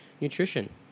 nutrition